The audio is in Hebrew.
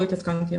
לא התעדכנתי בזה.